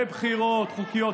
בבחירות חוקיות.